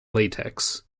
latex